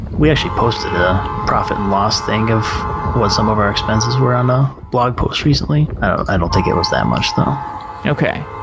we actually posted the profit and loss thing of what some of our expenses were on the ah blog post recently. i don't think it was that much though okay.